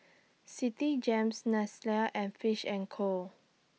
Citigems Nestle and Fish and Co